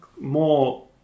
more